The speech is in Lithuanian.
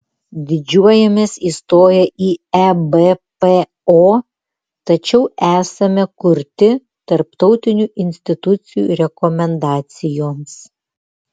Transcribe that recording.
didžiuojamės įstoję į ebpo tačiau esame kurti tarptautinių institucijų rekomendacijoms